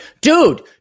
dude